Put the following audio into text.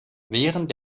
während